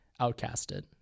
outcasted